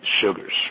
sugars